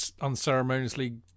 unceremoniously